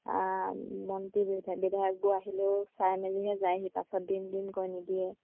মন্ত্ৰি বিধা বিধায়কবোৰ আহিলেও চাই মেলিহে যায়হি পাছত দিম দিম কৈ নিদিয়ে